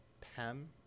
PEM